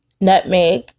nutmeg